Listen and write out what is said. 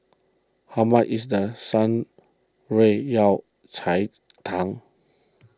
how much is the Shan Rui Yao Cai Tang